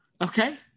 Okay